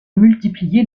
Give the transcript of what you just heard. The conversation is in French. multiplier